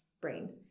brain